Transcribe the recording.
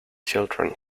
children